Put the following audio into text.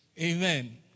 Amen